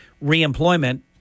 re-employment